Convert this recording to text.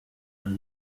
ari